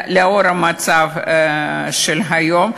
במצב של היום,